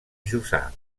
jussà